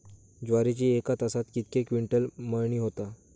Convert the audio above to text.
ज्वारीची एका तासात कितके क्विंटल मळणी होता?